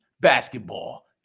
basketball